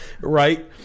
Right